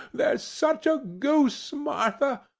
there's such a goose, martha!